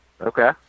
Okay